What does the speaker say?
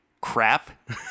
crap